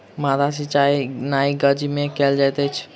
माद्दा सिचाई नाइ गज में कयल जाइत अछि